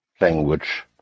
language